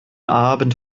abend